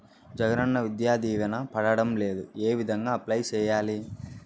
జగనన్న విద్యా దీవెన పడడం లేదు ఏ విధంగా అప్లై సేయాలి